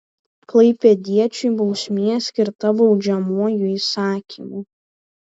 klaipėdiečiui bausmė skirta baudžiamuoju įsakymu